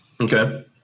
Okay